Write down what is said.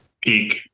peak